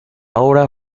obra